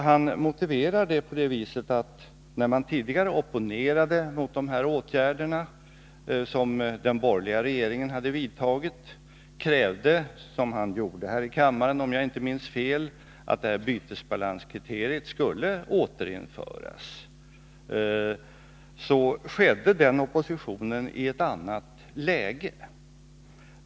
Han motiverar det så, att när man tidigare opponerade mot de åtgärder som den borgerliga regeringen vidtog på det här området och krävde — som man gjorde här i kammaren, om jag inte minns fel — att bytesbalanskriteriet skulle återinföras, så skedde den oppositionen i ett annat läge.